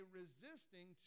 resisting